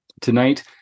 tonight